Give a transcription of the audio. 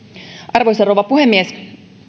arvoisa rouva puhemies